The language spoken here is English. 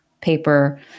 paper